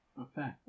Okay